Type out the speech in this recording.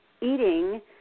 eating